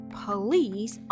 police